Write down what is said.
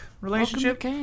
relationship